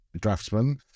draftsman